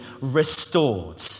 restored